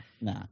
nah